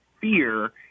fear